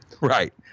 Right